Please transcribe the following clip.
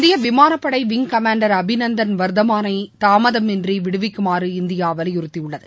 இந்திய விமாளப்படை wing commander Abhinandan வர்தமானை தாமதமின்றி விடுவிக்குமாறு இந்தியா வலியுறுத்தியுள்ளது